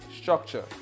structure